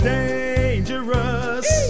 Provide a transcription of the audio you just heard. dangerous